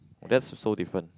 that's so different